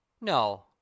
No